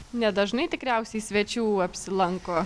nedažnai tikriausiai svečių apsilanko